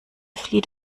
flieht